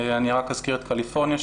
אני רק אזכיר את קליפורניה,